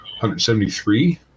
173